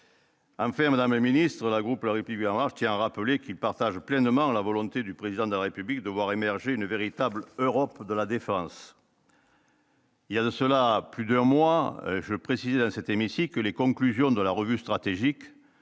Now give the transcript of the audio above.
En fait, Madame ministre groupe leur à qui a rappelé qu'il partage pleinement la volonté du président de la République de voir émerger une véritable Europe de la défense. Il y a de cela plus d'un mois, je précise à cet hémicycle les conclusions de la revue stratégique